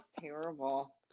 terrible